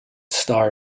starr